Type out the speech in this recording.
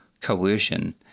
coercion